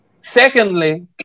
Secondly